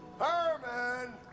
Herman